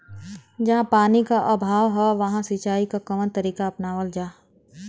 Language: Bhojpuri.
जहाँ पानी क अभाव ह वहां सिंचाई क कवन तरीका अपनावल जा?